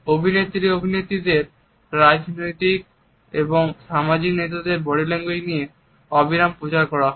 অভিনেত্রী অভিনেত্রীদের রাজনৈতিক ও সামাজিক নেতাদের বডি ল্যাঙ্গুয়েজ নিয়ে অবিরাম প্রচার করা হয়